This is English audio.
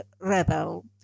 rebel